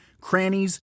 crannies